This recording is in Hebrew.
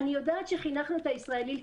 אני יודעת שחינכנו את הישראלי לטייל.